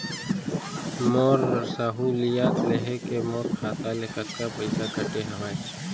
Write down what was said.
मोर सहुलियत लेहे के मोर खाता ले कतका पइसा कटे हवये?